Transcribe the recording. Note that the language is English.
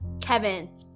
Kevin